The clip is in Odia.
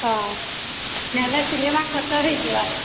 ହଁ ନହଲେ ସିନେମା ଖତ ହେଇଯିବା